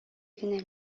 генә